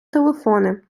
телефони